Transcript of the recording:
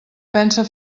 pense